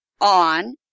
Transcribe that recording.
on